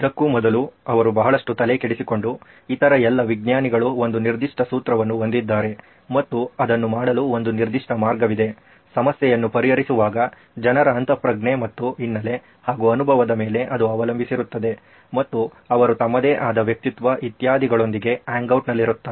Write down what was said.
ಇದಕ್ಕೂ ಮೊದಲು ಅವರು ಬಹಳಷ್ಟು ತಲೆ ಕೆಡಿಸಿಕೊಂಡು ಇತರ ಎಲ್ಲ ವಿಜ್ಞಾನಗಳು ಒಂದು ನಿರ್ದಿಷ್ಟ ಸೂತ್ರವನ್ನು ಹೊಂದಿದ್ದಾರೆ ಮತ್ತು ಅದನ್ನು ಮಾಡಲು ಒಂದು ನಿರ್ದಿಷ್ಟ ಮಾರ್ಗವಿದೆ ಸಮಸ್ಯೆಯನ್ನು ಪರಿಹರಿಸುವಾಗ ಜನರ ಅಂತಃಪ್ರಜ್ಞೆ ಮತ್ತು ಹಿನ್ನೆಲೆ ಹಾಗೂ ಅನುಭವದ ಮೇಲೆ ಅದು ಅವಲಂಬಿಸಿರುತ್ತದೆ ಮತ್ತು ಅವರು ತಮ್ಮದೇ ಆದ ವ್ಯಕ್ತಿತ್ವ ಇತ್ಯಾದಿಗಳೊಂದಿಗೆ ಹ್ಯಾಂಗ್ ಔಟ್ ನಲ್ಲಿರುತ್ತಾರೆ